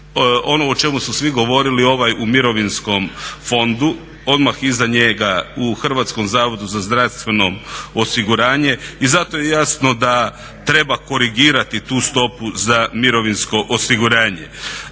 ono o čemu su svi govorili ovaj u Mirovinskom fondu, odmah iza njega u Hrvatskom zavodu za zdravstveno osiguranje i zato je jasno da treba korigirati tu stopu za mirovinsko osiguranje.